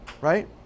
right